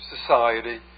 society